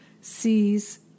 sees